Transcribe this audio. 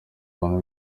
buntu